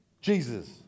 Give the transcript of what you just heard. jesus